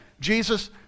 Jesus